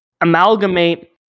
amalgamate